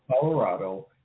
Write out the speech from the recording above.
Colorado